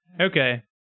Okay